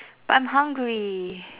but I'm hungry